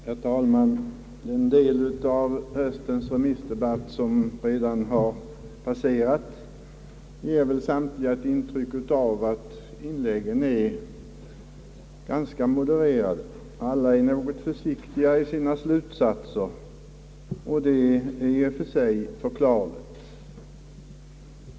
Herr talman! Den del av höstens remissdebatt som redan har passerat ger väl samtliga ett intryck av att inläggen är ganska modererade. Alla talare är försiktiga i sina slutsatser, och det är i och för sig förklarligt.